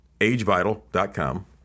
agevital.com